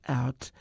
out